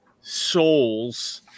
souls